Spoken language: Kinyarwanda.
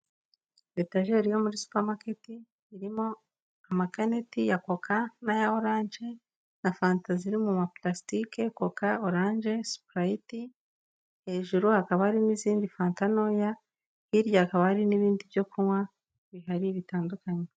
Etajeri yo muri supermarket, irimo amakaneti ya Koka, n'aya oranje, na fanta ziri mu ma purasitike, koka, oranje, supurayiti, hejuru hakaba harimo izindi fanta ntoya, hirya hakaba hari n'ibindi byo kunywa, bihari bitandukanye.